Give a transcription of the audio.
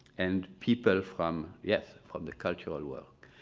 and people from, yes, from the cultural world.